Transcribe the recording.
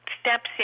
steps